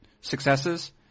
successes